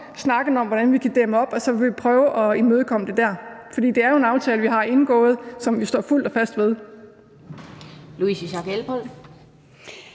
snakken om, hvordan vi kan dæmme op, så vil prøve at imødekomme det der. For det er jo en aftale, som vi har indgået, som vi står fuldt og fast ved.